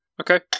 Okay